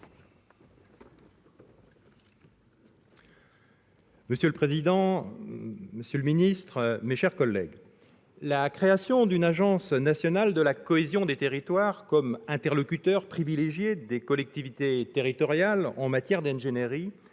Monsieur le président, monsieur le ministre, mes chers collègues, la création d'une agence nationale de la cohésion des territoires comme interlocuteur privilégié des collectivités territoriales en matière d'ingénierie